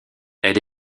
elle